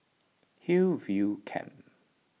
Hillview Camp